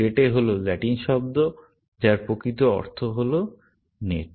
রেটে হল ল্যাটিন শব্দ যার প্রকৃত অর্থ হল নেট